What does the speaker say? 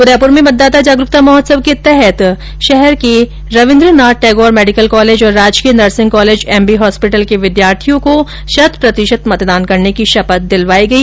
उदयपुर में मतदाता जागरुकता महोत्सव के तहत शहर के रविन्द्रनाथ टैगोर मेडिकल कॉलेज और राजकीय नर्सिंग कॉलेज एमबी हॉस्पिटल के विद्यार्थियों को शत प्रतिशत मतदान करने की शपथ दिलवाई गई